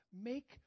Make